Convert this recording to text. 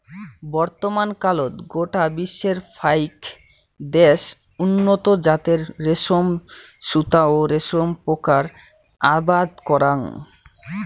বর্তমানকালত গোটা বিশ্বর ফাইক দ্যাশ উন্নত জাতের রেশম সুতা ও রেশম পোকার আবাদ করাং